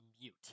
mute